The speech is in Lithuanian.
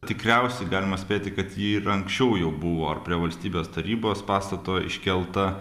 tikriausiai galima spėti kad ji ir anksčiau jau buvo ar prie valstybės tarybos pastato iškelta